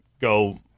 go